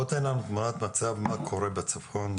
בוא תן לנו תמונת מצב מה קורה בצפון,